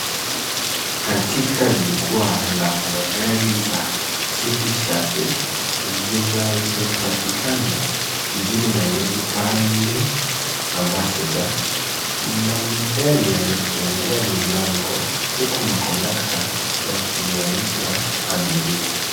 Katika jukwa la magari za City Shuttle zinazopatikana mjini Nairobi pale Ambassador. Magari yamefungua milango huku makondakta wakiwaita abiria.